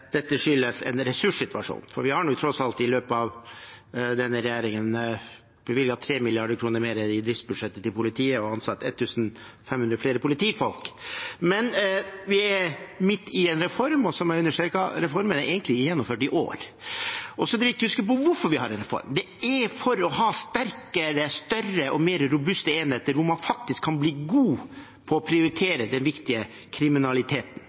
dette skyldes en ressurssituasjon, for denne regjeringen har tross alt bevilget 3 mrd. kr mer i driftsbudsjettet til politiet og ansatt 1 500 flere politifolk. Men vi er midt i en reform, og som jeg understreket: Reformen er gjennomført i år. Så er det viktig å huske på hvorfor vi har en reform, og det er for å ha sterkere, større og mer robuste enheter, hvor man kan bli god til å prioritere den viktige kriminaliteten,